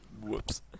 Whoops